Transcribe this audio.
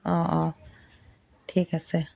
অ' অ' ঠিক আছে